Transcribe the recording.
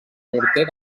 morter